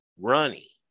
runny